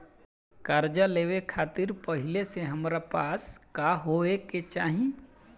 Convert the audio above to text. कर्जा लेवे खातिर पहिले से हमरा पास का होए के चाही?